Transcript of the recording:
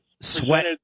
Sweat